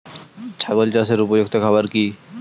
ছাগল চাষের উপযুক্ত খাবার কি কি?